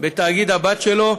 הבת שלו,